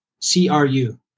C-R-U